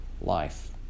life